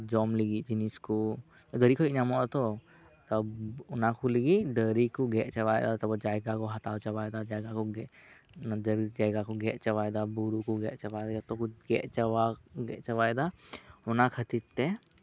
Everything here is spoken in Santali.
ᱡᱚᱢ ᱞᱟᱹᱜᱤᱫ ᱡᱤᱱᱤᱥ ᱠᱚ ᱫᱟᱨᱮ ᱠᱷᱚᱱ ᱧᱟᱢᱚᱜᱼᱟ ᱛᱚ ᱚᱱᱟᱠᱚ ᱞᱟᱹᱜᱤᱫ ᱫᱟᱨᱮ ᱠᱚ ᱜᱮᱫ ᱪᱟᱵᱟᱭᱮᱫᱟ ᱡᱟᱭᱜᱟ ᱠᱚ ᱦᱟᱛᱟᱣ ᱪᱟᱵᱟᱭᱮᱫᱟ ᱡᱟᱭᱜᱟ ᱠᱚ ᱜᱮᱫ ᱪᱟᱵᱟᱭᱮᱫᱟ ᱛᱟᱨᱯᱚᱨᱮ ᱵᱩᱨᱩ ᱠᱚ ᱜᱮᱫ ᱪᱟᱵᱟᱭᱮᱫᱟ ᱡᱚᱛᱚ ᱠᱚ ᱜᱮᱫ ᱪᱟᱵᱟᱭᱮᱫᱟ ᱚᱱᱟ ᱠᱷᱟᱹᱛᱤᱨ ᱛᱮ